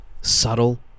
subtle